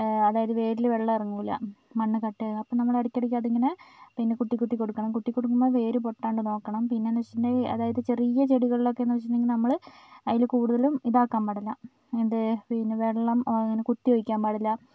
അതായത് വേരിൽ വെള്ളം ഇറങ്ങില്ല മണ്ണ് കട്ട ആകും അപ്പോൾ നമ്മൾ ഇടയ്ക്കിടയക്ക് അതിങ്ങനെ പിന്നെ കുത്തി കുത്തി കൊടുക്കണം കുത്തി കൊടുക്കുമ്പോൾ വേര് പൊട്ടാണ്ട് നോക്കണം പിന്നെ എന്ന് വെച്ചിട്ടുണ്ടെങ്കിൽ അതായത് ചെറിയ ചെടികളിലൊക്കെ എന്ന് വെച്ചിട്ടുണ്ടെങ്കിൽ നമ്മൾ അതിൽ കൂടുതലും ഇതാക്കാൻ പാടില്ല എന്ത് പിന്നെ വെള്ളം കുത്തി ഒഴിക്കാൻ പാടില്ല